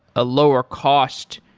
a lower-cost